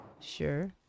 Sure